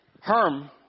Herm